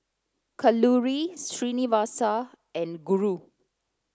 Kalluri Srinivasa and Guru